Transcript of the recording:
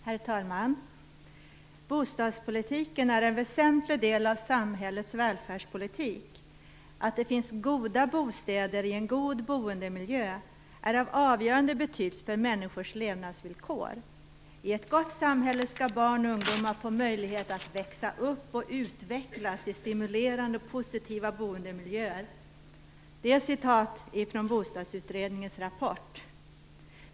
Herr talman! "Bostadspolitiken är en väsentlig del av samhällets välfärdspolitik. Att det finns goda bostäder i en god boendemiljö är av avgörande betydelse för människors levnadsvillkor. I ett gott samhälle skall barn och ungdomar få möjlighet att växa upp och utvecklas i stimulerande och positiva boendemiljöer." Detta är citerat ur Bostadsutredningens rapport.